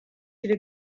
could